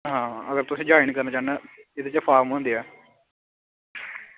अगर तुस ज्वाईन करना चाह्ने इस च फार्म होंदे ऐ